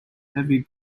heavy